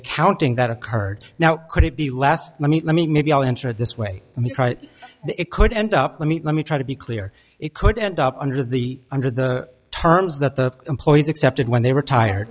accounting that occurred now could it be less i mean let me maybe i'll answer it this way it could end up let me let me try to be clear it could end up under the under the terms that the employees accepted when they retire